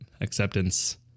Acceptance